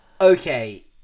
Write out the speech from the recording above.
Okay